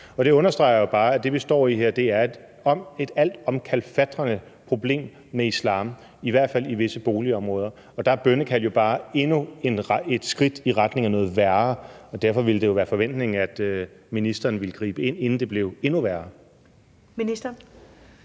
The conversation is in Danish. Det understreger jo bare, at det, vi står i, er et altomkalfatrende problem med islam, i hvert fald i visse boligområder, og der er bønnekald bare endnu et skridt i retning af noget værre. Derfor ville det jo være forventningen, at ministeren ville gribe ind, inden det blev endnu værre.